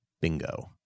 Bingo